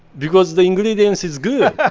because the ingredients is good yeah